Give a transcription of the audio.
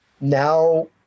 now